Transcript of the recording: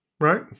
right